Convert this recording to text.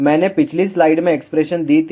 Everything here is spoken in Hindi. मैंने पिछली स्लाइड में एक्सप्रेशन दी थी